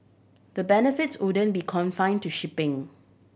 the benefits wouldn't be confine to shipping